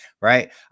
right